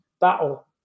battle